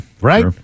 Right